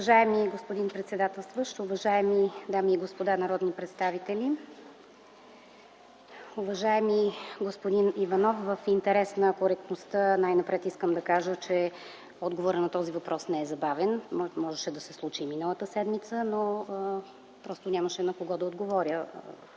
Уважаеми господин председателстващ, уважаеми дами и господа народни представители, уважаеми господин Иванов! В интерес на коректността най-напред искам да кажа, че отговорът на този въпрос не е забавен. Можеше да се случи и миналата седмица, но просто нямаше на кого да отговоря,